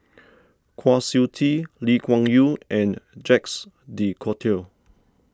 Kwa Siew Tee Lee Kuan Yew and Jacques De Coutre